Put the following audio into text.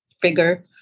figure